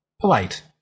polite